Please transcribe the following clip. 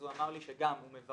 אז הוא אמר לי שגם הוא מברר,